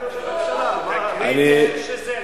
את זה איך שזה,